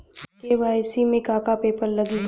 KYC में का का पेपर लगी?